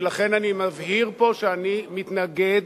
ולכן אני מבהיר פה שאני מתנגד